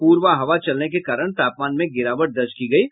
पूर्वा हवा चलने के कारण तापमान में गिरावट दर्ज हुई है